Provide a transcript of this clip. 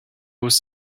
was